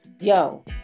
Yo